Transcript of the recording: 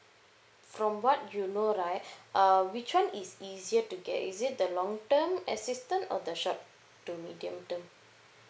from what you know right uh which one is easier to get is it the long term assistance or the short to medium term